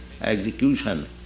execution